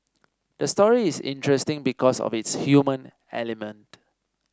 the story is interesting because of its human element